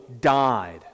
died